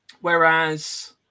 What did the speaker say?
Whereas